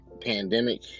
pandemic